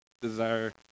desire